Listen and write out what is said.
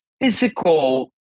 physical